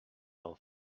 all